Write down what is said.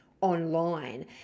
online